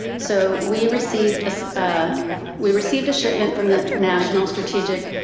so we received ah we received a shipment from the national strategic,